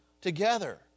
together